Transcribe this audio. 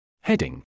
Heading